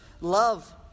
love